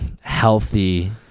healthy